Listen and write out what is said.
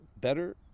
better